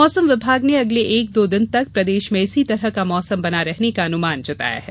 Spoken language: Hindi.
मौसम विभाग ने अगले एक दो दिन तक प्रदेश में इसी तरह का मौसम बना रहने का अनुमान जताया है